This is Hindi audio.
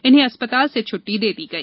इन्हें अस्पताल से छट्टी दे दी गई